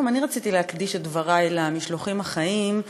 גם אני רציתי להקדיש את דברי למשלוחים החיים,